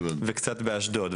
וקצת באשדוד.